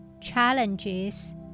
challenges